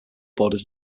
borders